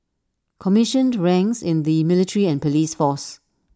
commissioned ranks in the military and Police force